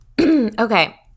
Okay